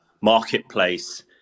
marketplace